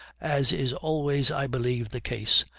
as is always i believe the case,